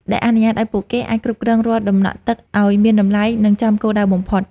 ដែលអនុញ្ញាតឱ្យពួកគេអាចគ្រប់គ្រងរាល់ដំណក់ទឹកឱ្យមានតម្លៃ និងចំគោលដៅបំផុត។